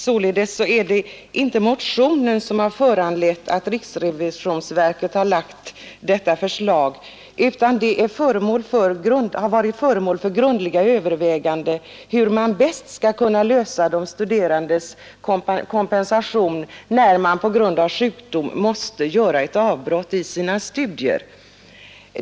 Således är det inte motionen som föranlett att riksrevisionsverket lagt detta förslag, utan ärendet har varit föremål för grundliga överväganden hur man bäst skall kunna lösa frågan om de studerandes kompensation när de på grund av sjukdom måste göra ett avbrott i sina studier.